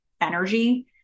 energy